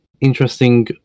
interesting